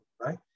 right